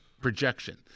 projection